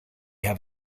have